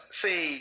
see